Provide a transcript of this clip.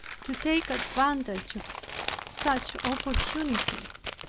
to take advantage of such opportunities,